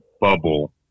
bubble